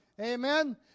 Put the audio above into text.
Amen